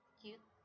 cute